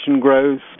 growth